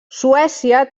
suècia